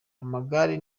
amagare